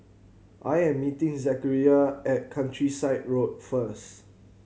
I am meeting Zachariah at Countryside Road first